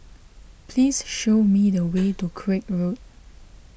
please show me the way to Craig Road